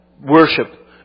worship